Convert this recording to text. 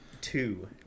two